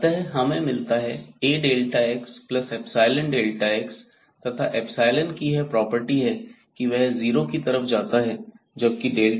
अतः हमें मिलता है AxϵΔx तथा एप्सिलोन कि यह प्रॉपर्टी है कि वह जीरो की तरफ जाता है जबकि x→0